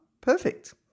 perfect